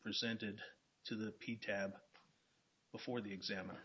presented to the p t before the exam